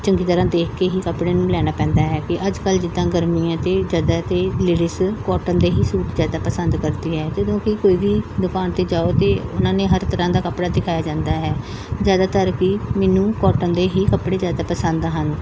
ਚੰਗੀ ਤਰ੍ਹਾਂ ਦੇਖ ਕੇ ਹੀ ਕੱਪੜੇ ਨੂੰ ਲੈਣਾ ਪੈਂਦਾ ਹੈ ਕਿ ਅੱਜ ਕੱਲ੍ਹ ਜਿੱਦਾਂ ਗਰਮੀ ਹੈ ਅਤੇ ਜ਼ਿਆਦਾ ਤਾਂ ਲੇਡੀਜ਼ ਕੋਟਨ ਦੇ ਹੀ ਸੂਟ ਜ਼ਿਆਦਾ ਪਸੰਦ ਕਰਦੀ ਹੈ ਜਦੋਂ ਕੀ ਕੋਈ ਵੀ ਦੁਕਾਨ 'ਤੇ ਜਾਓ ਅਤੇ ਉਹਨਾਂ ਨੇ ਹਰ ਤਰ੍ਹਾਂ ਦਾ ਕੱਪੜਾ ਦਿਖਾਇਆ ਜਾਂਦਾ ਹੈ ਜ਼ਿਆਦਾਤਰ ਕਿ ਮੈਨੂੰ ਕੋਟਨ ਦੇ ਹੀ ਕੱਪੜੇ ਜ਼ਿਆਦਾ ਪਸੰਦ ਹਨ